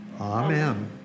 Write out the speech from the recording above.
Amen